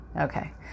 Okay